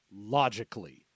logically